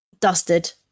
dusted